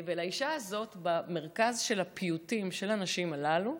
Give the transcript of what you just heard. והאישה הזאת במרכז של הפיוטים, של הנשים הללו,